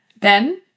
Ben